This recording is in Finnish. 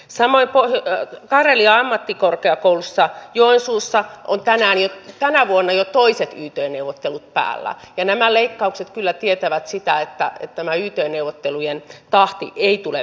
samoin karelia ammattikorkeakoulussa joensuussa on tänä vuonna jo toiset yt neuvottelut päällä ja nämä leikkaukset kyllä tietävät sitä että tämä yt neuvottelujen tahti ei tule vähenemään